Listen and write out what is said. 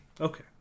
Okay